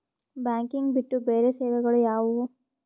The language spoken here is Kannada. ಬ್ಯಾಂಕಿಂಗ್ ಬಿಟ್ಟು ಬೇರೆ ಸೇವೆಗಳು ಯಾವುವು?